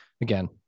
again